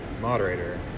moderator